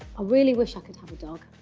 really wish i could have a dog.